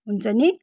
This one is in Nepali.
हुन्छ नि